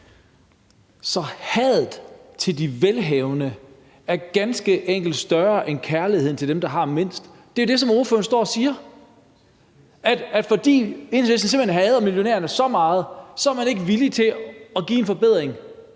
Hadet til de velhavende er ganske enkelt større end kærligheden til dem, der har mindst. Det er jo det, som ordføreren står og siger. Fordi Enhedslisten simpelt hen hader millionærerne så meget, er man ikke villig til at give en forbedring